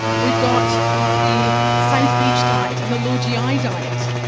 we've got the south beach diet and the low gi diet.